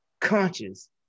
conscious